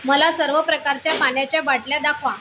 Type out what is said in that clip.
मला सर्व प्रकारच्या पाण्याच्या बाटल्या दाखवा